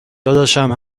داداشم